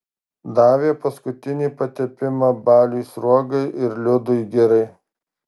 davė paskutinį patepimą baliui sruogai ir liudui girai